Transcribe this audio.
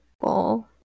ball